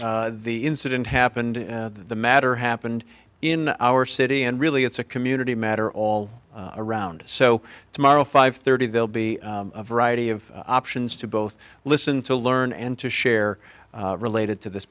don't the incident happened the matter happened in our city and really it's a community matter all around so tomorrow five thirty they'll be a variety of options to both listen to learn and to share related to this